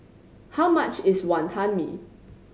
how much is Wonton Mee